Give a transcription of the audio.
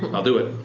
i'll do it.